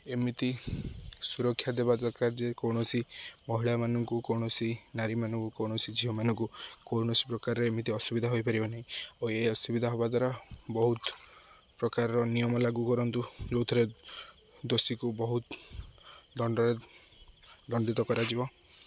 ଏମିତି ସୁରକ୍ଷା ଦେବା ଦରକାର ଯେ କୌଣସି ମହିଳାମାନଙ୍କୁ କୌଣସି ନାରୀମାନଙ୍କୁ କୌଣସି ଝିଅମାନଙ୍କୁ କୌଣସି ପ୍ରକାର ଏମିତି ଅସୁବିଧା ହୋଇପାରିବ ନାହିଁ ଆଉ ଏ ଅସୁବିଧା ହବା ଦ୍ୱାରା ବହୁତ ପ୍ରକାରର ନିୟମ ଲାଗୁ କରନ୍ତୁ ଯେଉଁଥିରେ ଦୋଷୀକୁ ବହୁତ ଦଣ୍ଡରେ ଦଣ୍ଡିତ କରାଯିବ